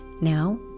now